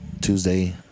Tuesday